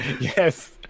Yes